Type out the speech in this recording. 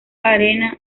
arena